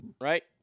Right